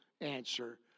answer